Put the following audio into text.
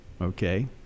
okay